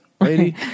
lady